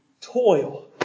toil